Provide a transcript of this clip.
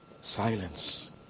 silence